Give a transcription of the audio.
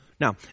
Now